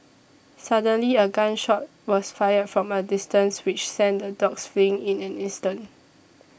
suddenly a gun shot was fired from a distance which sent the dogs fleeing in an instant